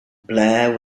blair